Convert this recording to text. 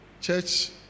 church